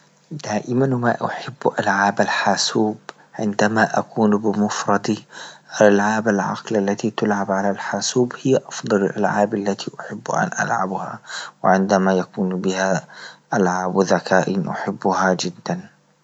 دائما ما أحب ألعاب الحاسوب عندما أكون بمفردي ألعاب العقل التي تلعب على الحاسوب هي أفضل الألعاب التي أحب أن ألعبها، وعندما يكون بها ألعاب ذكاء أحبها جدا.